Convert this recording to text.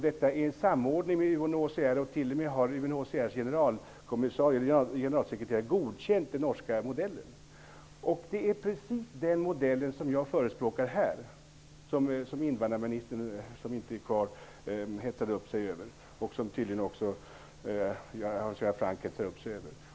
Detta sker i samordning med UNHCR. Generalsekreteraren i UNHCR har t.o.m. godkänt den norska modellen. Det är precis den modellen som jag förespråkar här, vilket invandrarministern och tydligen också Hans Göran Franck hetsade upp sig över.